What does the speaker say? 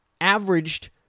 averaged